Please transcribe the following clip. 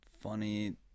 funny